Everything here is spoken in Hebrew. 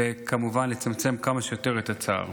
וכמובן לצמצם כמה שיותר את הצער.